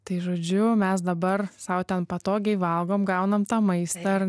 tai žodžiu mes dabar sau ten patogiai valgom gaunam tą maistą ar